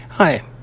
Hi